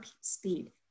speed